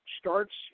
starts